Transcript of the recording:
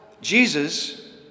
Jesus